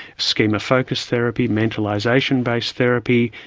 schema-focused therapy, mentalisation based therapy,